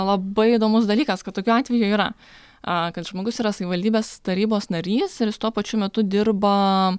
labai įdomus dalykas kad tokių atvejų yra a kad žmogus yra savivaldybės tarybos narys ir jis tuo pačiu metu dirba